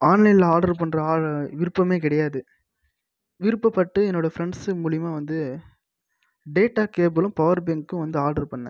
ஆன்லைனில் ஆர்டர் பண்ணுற விருப்பமே கிடையாது விருப்பப்பட்டு என்னோடய ஃப்ரெண்ட்ஸு மூலிமா வந்து டேட்டா கேபிளும் பவர் பேங்க்கும் வந்து ஆர்டர் பண்ணேன்